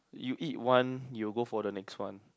you eat one you'll go for the next one